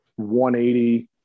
180